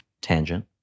Tangent